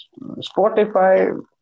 Spotify